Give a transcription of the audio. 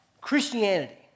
Christianity